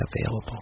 available